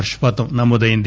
వర్షపాతం నమోదైంది